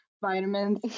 Vitamins